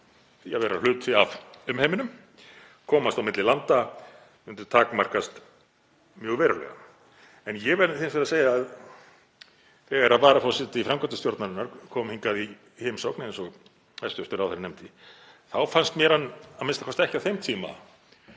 því að vera hluti af umheiminum, komast á milli landa, myndu takmarkast mjög verulega. En ég verð hins vegar að segja að þegar varaforseti framkvæmdastjórnarinnar kom hingað í heimsókn, eins og hæstv. ráðherra nefndi, þá fannst mér hann, a.m.k. ekki á þeim tíma,